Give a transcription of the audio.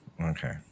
Okay